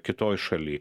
kitoj šaly